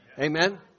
Amen